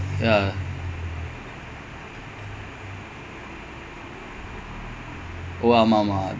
no he only say his biggest achievement is pot two